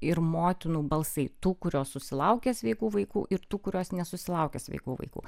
ir motinų balsai tų kurios susilaukia sveikų vaikų ir tų kurios nesusilaukia sveikų vaikų